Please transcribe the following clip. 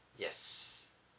yes